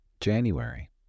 January